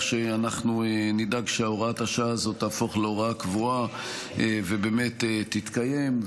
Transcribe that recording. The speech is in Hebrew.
שאנחנו נדאג שהוראת השעה הזו תהפוך להוראה קבועה ובאמת תתקיים.